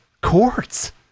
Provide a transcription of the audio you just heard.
courts